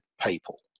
people